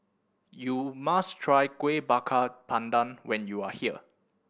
you must try Kuih Bakar Pandan when you are here